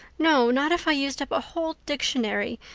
no, not if i used up a whole dictionary.